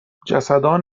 جسدان